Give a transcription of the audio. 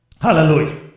Hallelujah